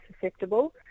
susceptible